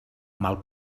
mal